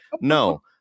no